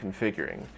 configuring